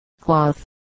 cloth